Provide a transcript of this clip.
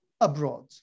abroad